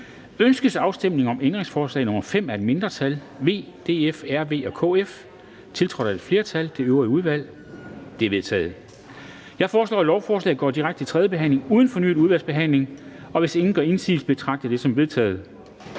Ønskes afstemning om ændringsforslag nr. 5 af et mindretal (V, DF, RV og KF), tiltrådt af et flertal (det øvrige udvalg)? Det er vedtaget. Jeg foreslår, at lovforslaget går direkte til tredje behandling uden fornyet udvalgsbehandling, og hvis ingen gør indsigelse, betragter jeg det som vedtaget.